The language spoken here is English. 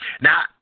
Now